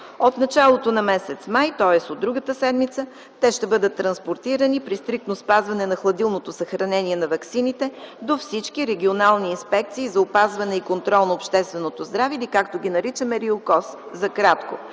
От началото на м. май, тоест от другата седмица, те ще бъдат транспортирани, при стриктно спазване на хладилното съхранение на ваксините, до всички регионални инспекции за опазване и контрол на общественото здраве, или както ги наричаме за кратко